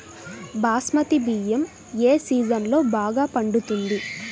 బాస్మతి బియ్యం ఏ సీజన్లో బాగా పండుతుంది?